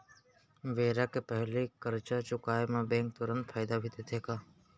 बेरा के पहिली करजा चुकोय म बैंक तुरंत फायदा भी देथे का?